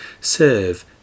serve